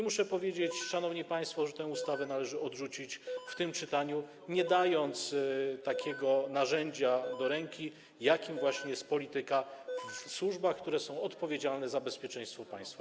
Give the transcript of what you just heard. Muszę powiedzieć, szanowni państwo, że tę ustawę należy odrzucić w tym czytaniu, nie dając do ręki takiego narzędzia, jakim właśnie jest polityka, w służbach, które są odpowiedzialne za bezpieczeństwo państwa.